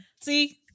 See